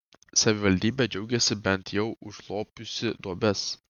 savivaldybė džiaugiasi bent jau užlopiusi duobes